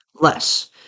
less